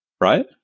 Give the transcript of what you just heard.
right